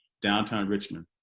downtown richmond,